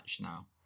now